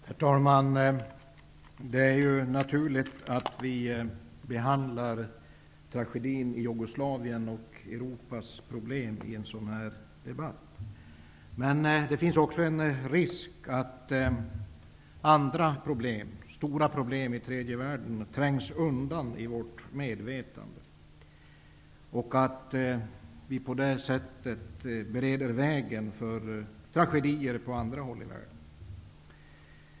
Herr talman! Det är naturligt att vi behandlar tragedin i Jugoslavien och Europas problem i en sådan här debatt. Men det finns också en risk för att stora problem i tredje världen trängs ut från vårt medvetande och att vi på det sättet bereder vägen för tragedier på andra håll i världen.